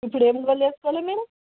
ఇప్పుడు ఏమి గోళి వేసుకోవాలి మ్యాడమ్